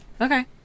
Okay